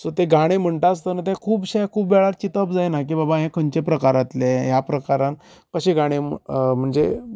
so तें गाणे म्हणटा आसतना खुबशें खूब वेळार चिंतप जायना की बाबा हे खंयच्या प्रकारांतले ह्या प्रकारान कशें गाणे म्हणजे